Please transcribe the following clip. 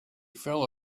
fell